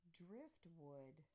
driftwood